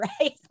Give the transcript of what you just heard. right